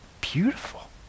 Beautiful